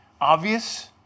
obvious